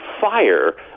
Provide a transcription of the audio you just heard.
fire